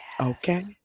Okay